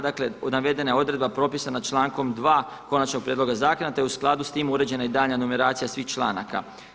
Dakle, navedena je odredba propisana člankom 2. konačnog prijedloga zakona te u skladu s tim uređena i daljnja numeracija svih članaka.